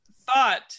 thought